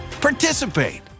participate